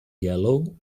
yellow